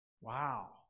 Wow